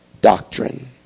doctrine